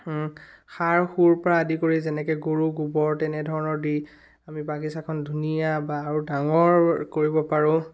সাৰ সুৰৰ পৰা আদি কৰি যেনেকৈ গৰু গোবৰ তেনেধৰণৰ দি আমি বাগিচাখন ধুনীয়া বা আৰু ডাঙৰ কৰিব পাৰোঁ